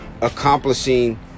accomplishing